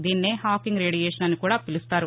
దీన్నే Hawking radiation అని కూడా పిలుస్తారు